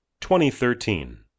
2013